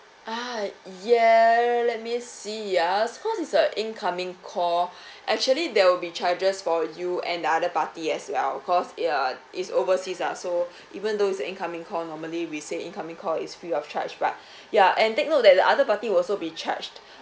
ah ya let me see ah it's cause it's a incoming call actually there will be charges for you and the other party as well cause it uh it's overseas ah so even though it's a incoming call normally we say incoming call is free of charge but ya and take note that the other party will also be charged